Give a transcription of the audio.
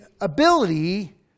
ability